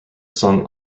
song